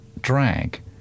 drag